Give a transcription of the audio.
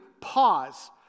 pause